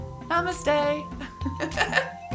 Namaste